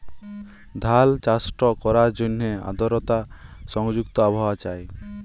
ধাল চাষট ক্যরার জ্যনহে আদরতা সংযুক্ত আবহাওয়া চাই